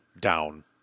down